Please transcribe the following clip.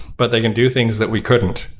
but they can do things that we couldn't.